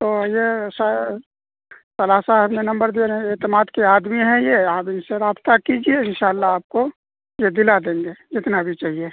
تو یہ فلاں صاحب نے نمبر دے رہے ہیں اعتماد کے آدمی ہیں یہ آپ ان سے رابطہ کیجیے ان شاء اللہ آپ کو یہ دلا دیں گے جتنا بھی چہیے